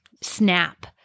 snap